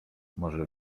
może